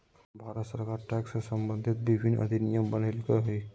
भारत सरकार टैक्स से सम्बंधित विभिन्न अधिनियम बनयलकय हइ